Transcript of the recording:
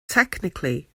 technically